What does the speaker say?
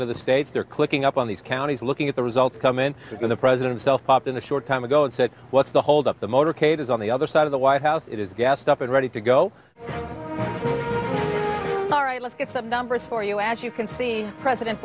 in to the states they're clicking up on these counties looking at the results come in in the president's elf pop in a short time ago and said what's the hold up the motorcade is on the other side of the white house it is gassed up and ready to go all right let's get some numbers for you as you can see president